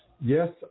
Yes